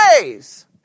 ways